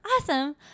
Awesome